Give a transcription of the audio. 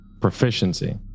Proficiency